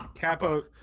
Capo